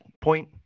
point